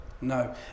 No